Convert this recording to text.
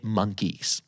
monkeys